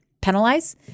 penalize